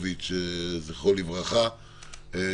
התשכ"ה-1965,